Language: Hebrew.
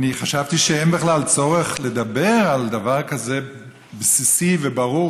אני חשבתי שאין בכלל צורך לדבר על דבר כזה בסיסי וברור,